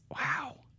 Wow